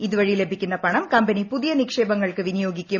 ഇതുവഴി ലഭിക്കുന്ന പണം കമ്പനി പുതിയ നിക്ഷേപങ്ങൾക്ക് വിനിയോഗിക്കും